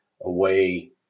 away